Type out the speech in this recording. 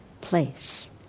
place